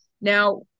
now